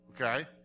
okay